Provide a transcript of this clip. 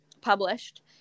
published